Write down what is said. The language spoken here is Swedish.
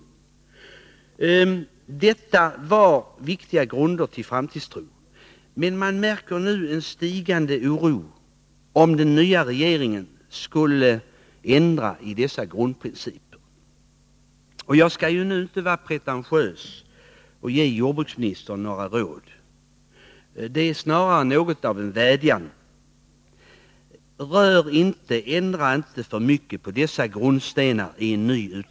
Detta var viktiga grunder för framtidstro, men man märker nu en stigande oro över huruvida den nya regeringen skall ändra i dessa grundprinciper. Jag skallinte vara pretentiös och ge jordbruksministern några råd — det är snarare fråga om något av en vädjan: Ändra inte i en ny utredning för mycket på dessa grundstenar!